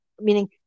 Meaning